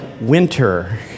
winter